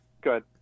Good